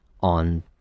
on